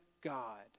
God